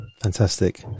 Fantastic